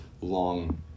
long